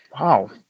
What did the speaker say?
Wow